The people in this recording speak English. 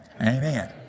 amen